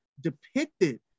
depicted